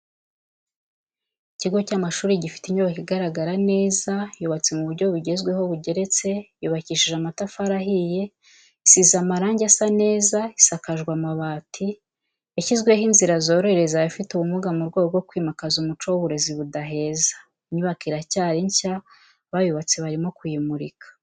Ikigo cy'amashuri gifite inyubako igaragara neza yubatse mu buryo bugezweho bugeretse yubakishije amatafari ahiye, isize amarange asa neza isakajwe amabati, yashyizweho inzira zorohereza abafite ubumuga mu rwego rwo kwimakaza umuco w'uburezi budaheza, inyubako iracyari nshya abayubatse barimo kuyimurika.